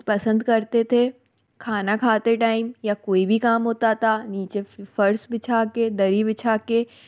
पसंद करते थे खाना खाते टाइम या कोई भी काम होता ता नीचे फ़र्श बिछा के दरी बिछा के